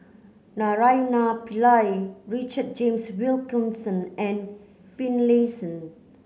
Naraina Pillai Richard James Wilkinson and Finlayson